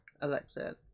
Alexa